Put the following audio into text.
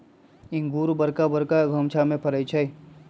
इंगूर बरका बरका घउछामें फ़रै छइ